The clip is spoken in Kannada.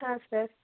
ಹಾಂ ಸರ್